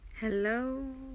hello